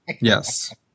yes